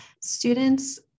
students